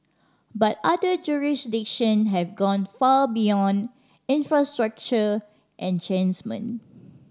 but other jurisdiction have gone far beyond infrastructure